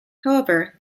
however